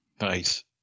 Nice